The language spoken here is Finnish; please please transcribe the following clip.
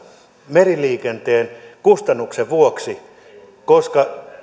meriliikenteen kustannusten vuoksi koska